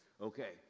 Okay